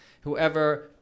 Whoever